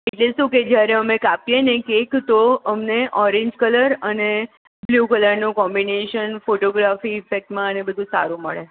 એટલે શું કે જ્યારે અમે કાપીએને કેક તો અમે ઓરેંજ કલર અને બ્લૂ કલરનું કોમ્બિનેશન ફોટોગ્રાફી ઇફેક્ટમાં સારું મળે